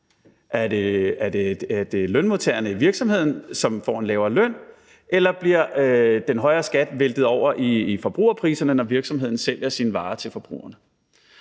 Er det lønmodtagerne i virksomheden, som får en lavere løn? Eller bliver den højere skat væltet over i forbrugerpriserne, når virksomheden sælger sine varer til forbrugerne?